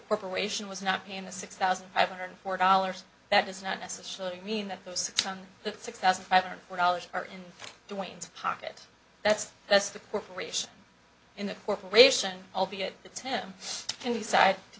corporation was not paying the six thousand five hundred four dollars that does not necessarily mean that those on the six thousand five hundred dollars are in the wind pocket that's that's the corporation in a corporation albeit the tim can decide to